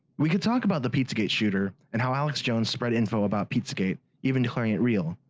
we could talk about the pizzagate shooter, and how alex jones spread info about pizzagate, even declaring it real.